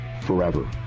forever